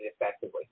effectively